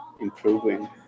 improving